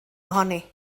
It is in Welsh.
ohoni